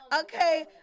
Okay